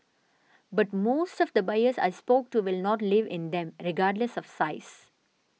but most of the buyers I spoke to will not live in them regardless of size